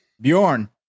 Bjorn